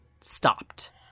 stopped